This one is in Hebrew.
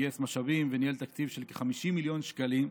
גייס משאבים וניהל תקציב של כ-50 מיליון שקלים.